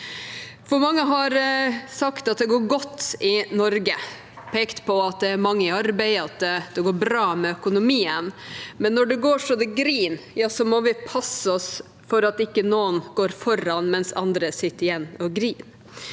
Mange har sagt at det går godt i Norge, det er pekt på at det er mange i arbeid, og at det går bra med økonomien. Men når det går så det griner, må vi passe oss så ikke noen går foran mens andre sitter igjen og griner.